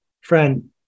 friend